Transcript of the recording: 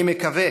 אני מקווה